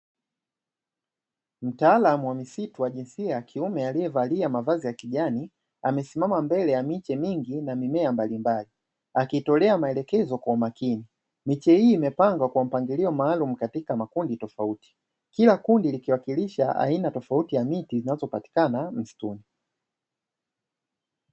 Mtaalamu wa misitu wa jinsia ya kiume aliyevalia mavazi ya kijani, amesimama mbele ya miche mingi na mimea mbalimbali akitolea maelekezo kwa umakini. Miche hii imepangwa kwa mpangilio maalumu katika makundi tofauti. Kila kundi likiwakilisha aina tofauti ya miti inayopatikana msituni.